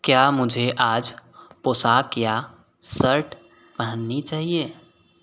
क्या मुझे आज पोशाक या शर्ट पहननी चाहिए